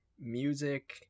music